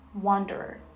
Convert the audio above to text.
wanderer